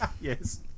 Yes